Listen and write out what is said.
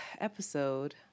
Episode